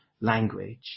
language